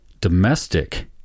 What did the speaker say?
domestic